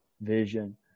vision